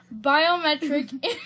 biometric